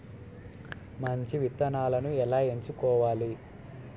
మంచి విత్తనాలను ఎలా ఎంచుకోవాలి?